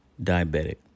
diabetic